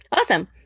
Awesome